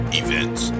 events